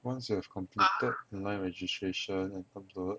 once you have completed online registration and upload